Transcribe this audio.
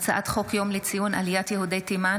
הצעת חוק יום לציון עליית יהודי תימן